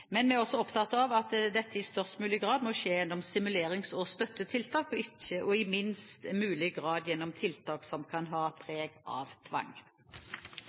Men vi er også opptatt av at dette i størst mulig grad må skje gjennom stimulerings- og støttetiltak, og i minst mulig grad gjennom tiltak som kan ha preg av tvang.